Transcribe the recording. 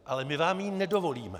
Ale my vám ji nedovolíme.